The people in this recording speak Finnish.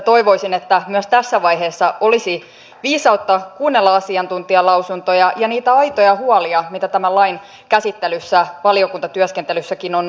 toivoisin että myös tässä vaiheessa olisi viisautta kuunnella asiantuntijalausuntoja ja niitä aitoja huolia mitä tämän lain käsittelyssä valiokuntatyöskentelyssäkin on noussut esiin